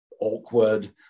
awkward